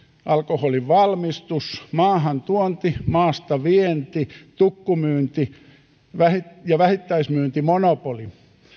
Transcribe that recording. alkoholin valmis tus maahantuonti maastavienti tukkumyynti ja vähittäismyyntimonopoli